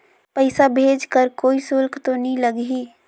पइसा भेज कर कोई शुल्क तो नी लगही?